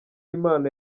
impano